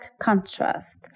contrast